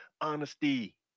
honesty